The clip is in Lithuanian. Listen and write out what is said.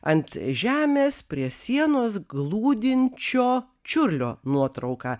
ant žemės prie sienos glūdinčio čiurlio nuotrauka